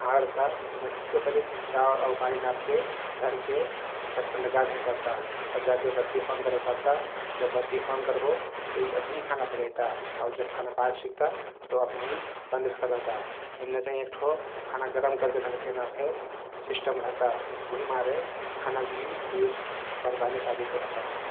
भाँडा रहता ओहमे ठिक्के परिक चाउर आउ पानी नाप्के धरके ढप्कन लगादेहेक पर्ता । तब जाके बत्ती अन करेक पर्ता । जब बत्ती अन कर्बो ते यी अपनही खाना पकैता आउ जब खाना पाकसिक्ता तउ अपनहीं बन्द फे करदेहता । यमने चाहिं एक ठो खाना गरम धरले रखैना फे सिस्टम रहता उहिमारे खानाक तहिन यी वरदाने साबित रहता ।